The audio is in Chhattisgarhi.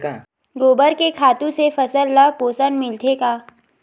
गोबर के खातु से फसल ल पोषण मिलथे का?